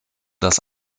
das